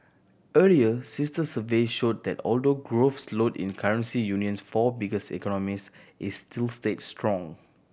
earlier sister surveys showed that although growth slowed in currency union's four biggest economies it still stayed strong